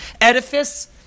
edifice